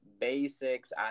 Basics